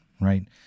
right